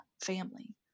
family